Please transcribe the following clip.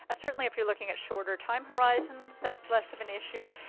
ah certainly, if youre looking at shorter time horizons, thats less of an issue.